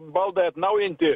baldą atnaujinti